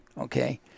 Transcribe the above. Okay